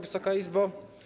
Wysoka Izbo!